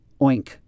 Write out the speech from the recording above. oink